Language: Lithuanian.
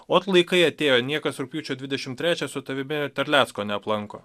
ot laikai atėjo niekas rugpjūčio dvidešimt trečią su tavimi terlecko neaplanko